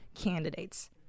candidates